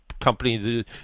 Company